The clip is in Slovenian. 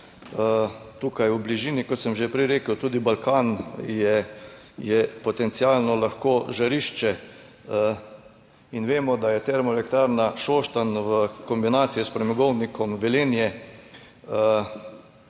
tukaj v bližini, kot sem že prej rekel, tudi Balkan je potencialno lahko žarišče. In vemo, da je Termoelektrarna Šoštanj v kombinaciji s Premogovnikom Velenje